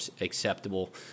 acceptable